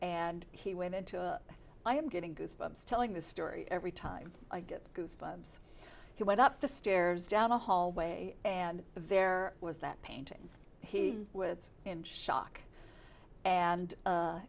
and he went into i am getting goose bumps telling this story every time i get goosebumps he went up the stairs down the hallway and there was that painting he with in shock and